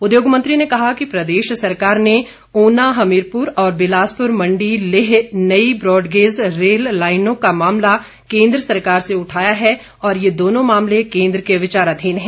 उद्योग मंत्री ने कहा कि प्रदेश सरकार ने ऊना हमीरपुर और बिलासपुर मंडी लेह नई ब्राडगेज रेल लाइनों का मामला केंद्र सरकार से उठाया है और ये दोनों मामले केन्द्र के विचाराधीन है